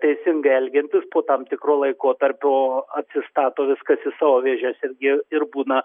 teisingai elgiantis po tam tikro laikotarpio atsistato viskas į savo vėžes irgi ir būna